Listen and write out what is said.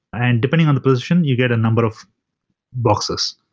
and depending on the position you get a number of boxes.